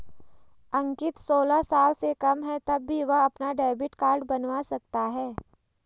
अंकित सोलह साल से कम है तब भी वह अपना डेबिट कार्ड बनवा सकता है